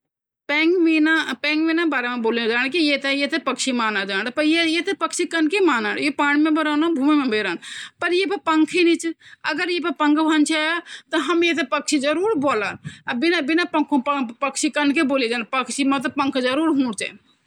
मैं तो नाश्ता छोड़णा चाहूंला। दिन में दोपहर का खाना खा ल्यूँ, रात का भी ठीक से खा ल्यूँ, किलकि रात का खाना छोड़ की शरीर मां कमजोरी ए सकदी त नाश्ता छोड़े जालु ठीक रहू ऐसी शरीर मां ज्यादा कमजोरी भी नि आली और शरीर भी ठीक रह लु।